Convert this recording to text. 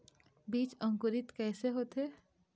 बीज अंकुरित कैसे होथे?